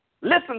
Listen